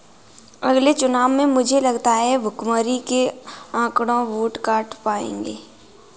अगले चुनाव में मुझे लगता है भुखमरी के आंकड़े वोट काट पाएंगे